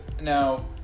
Now